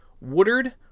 Woodard